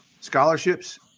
Scholarships